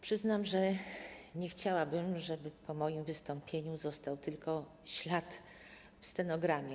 Przyznam, że nie chciałabym, żeby po moim wystąpieniu został tylko ślad w stenogramie.